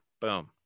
Boom